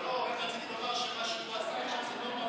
רציתי לומר, בא בחשבון.